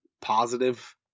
positive